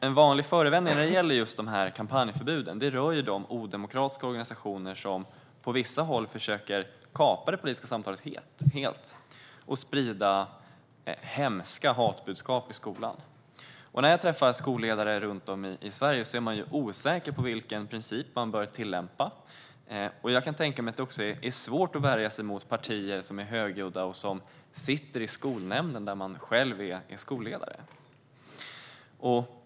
En vanlig förevändning för kampanjförbuden rör ju de odemokratiska organisationer som på vissa håll försöker att kapa det politiska samtalet helt och sprida hemska hatbudskap i skolan. När jag träffar skolledare runt om i Sverige är de osäkra på vilken princip som de bör tillämpa. Jag kan tänka mig att det är svårt att värja sig mot partier som är högljudda och som är representerade i skolnämnden när man själv är skolledare.